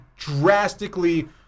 drastically